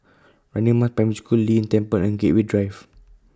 Radin Mas Primary School Lei Yin Temple and Gateway Drive